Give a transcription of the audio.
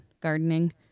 gardening